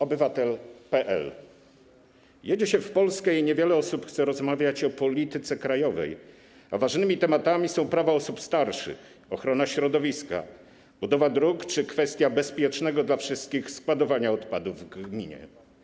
Obywatel PL”: „Jedzie się w Polskę i niewiele osób chce rozmawiać o polityce krajowej, a ważnymi tematami są prawa osób starszych, ochrona środowiska, budowa dróg czy kwestia bezpiecznego dla wszystkich składowania odpadów w gminie”